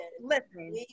Listen